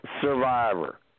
Survivor